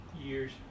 Years